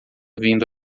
vindo